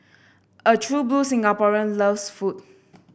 a true blue Singaporean loves food